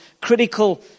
critical